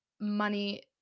money